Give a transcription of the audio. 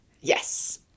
Yes